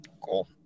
Cool